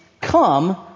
come